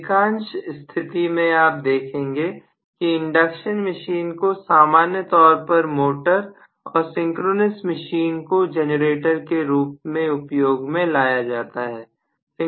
अधिकांश स्थिति में आती है देखेंगे कि इंडक्शन मशीन को सामान्य तौर पर मोटर और सिंक्रोनस मशीन को जनरेटर के रूप में उपयोग में लाया जाता है